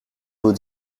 vous